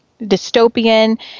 dystopian